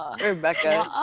Rebecca